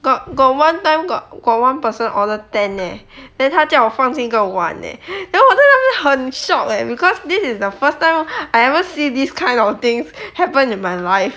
got got one time got got one person order ten leh then 他叫我放进一个碗 leh then 我在那边很 shock leh because this is the first time I ever see these kind of things happen in my life